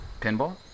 Pinball